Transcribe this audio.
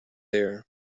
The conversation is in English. there